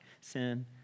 sin